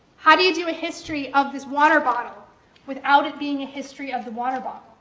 how do you do a history of this water bottle without it being a history of the water bottle?